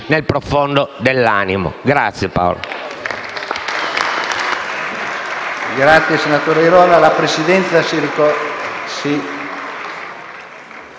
nel profondo dell'animo. Grazie Paolo!